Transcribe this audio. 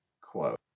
Quote